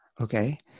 Okay